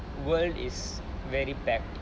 world is very bad